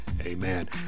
Amen